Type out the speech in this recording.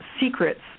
secrets